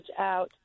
out